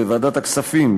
בוועדת הכספים,